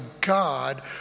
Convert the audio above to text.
God